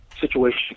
situation